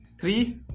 Three